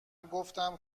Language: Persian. گفتم